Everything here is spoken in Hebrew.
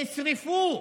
שנשרפו,